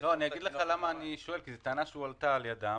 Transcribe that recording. אני שואל כי זו טענה שהועלתה על ידם.